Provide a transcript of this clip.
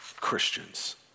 Christians